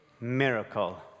miracle